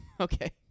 Okay